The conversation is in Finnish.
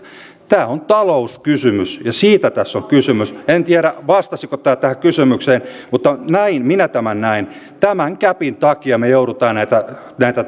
tämä on talouskysymys ja siitä tässä on kysymys en tiedä vastasiko tämä tähän kysymykseen mutta näin minä tämän näen tämä gäpin takia me joudumme näitä näitä